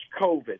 COVID